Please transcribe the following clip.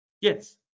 Yes